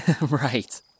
Right